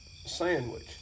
sandwich